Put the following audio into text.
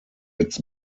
its